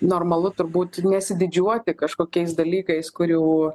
normalu turbūt nesididžiuoti kažkokiais dalykais kurių